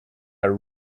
are